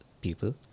people